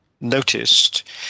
noticed